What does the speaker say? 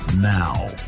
Now